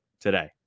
today